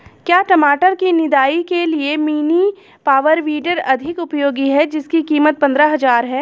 क्या टमाटर की निदाई के लिए मिनी पावर वीडर अधिक उपयोगी है जिसकी कीमत पंद्रह हजार है?